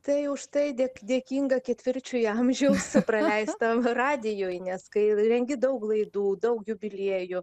tai už tai dė dėkinga ketvirčiui amžiaus praleisto radijuj nes kai rengi daug laidų daug jubiliejų